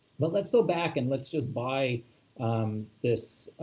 but let's go back and let's just buy this